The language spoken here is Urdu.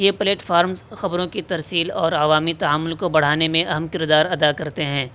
یہ پلیٹفارمس خبروں کی ترسیل اور عوامی تعامل کو بڑھانے میں اہم کردار ادا کرتے ہیں